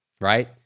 right